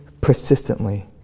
persistently